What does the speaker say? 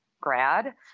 grad